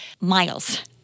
miles